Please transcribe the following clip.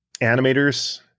animators